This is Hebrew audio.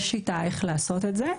יש שיטה לעשות את זה.